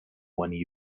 one